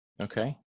Okay